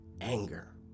anger